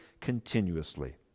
continuously